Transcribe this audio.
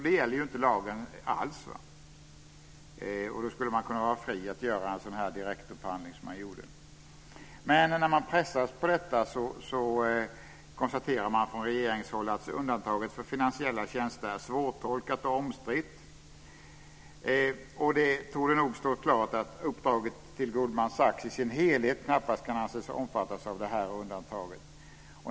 Det gäller ju inte alls lagen. Då skulle man kunna vara fri att göra en sådan direktupphandling som man gjorde. Men när man pressas på detta konstaterar man från regeringshåll att undantaget för finansiella tjänster är svårtolkat och omstritt. Det torde nog stå klart att uppdraget till Goldman Sachs i dess helhet knappast kan anses ha omfattats av det här undantaget.